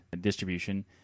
distribution